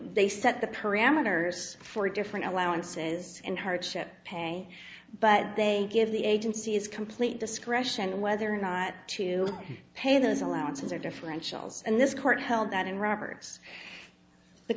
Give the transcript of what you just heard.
they set the parameters for different allowances in hardship pay but they give the agency's complete discretion whether or not to pay those allowances or differentials and this court held that in roberts the